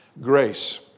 grace